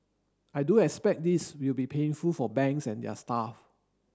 I do expect this will be painful for banks and their staff